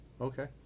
Okay